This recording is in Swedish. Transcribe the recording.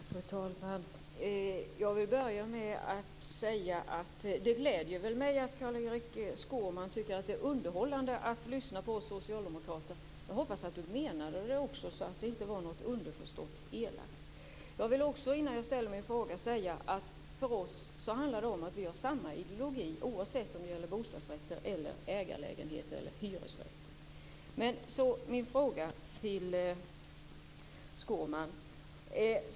Fru talman! Jag vill börja med att säga att det gläder mig att Carl-Erik Skårman tycker att det är underhållande att lyssna på oss socialdemokrater. Jag hoppas att han menade det också, så att det inte var något underförstått elakt. Jag vill också, innan jag ställer min fråga, säga att för oss handlar det om att vi har samma ideologi, oavsett om det gäller bostadsrätter, ägarlägenheter eller hyresrätter. Men så min fråga till Skårman.